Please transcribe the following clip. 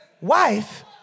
wife